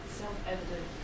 self-evident